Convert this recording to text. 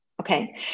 okay